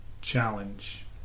challenge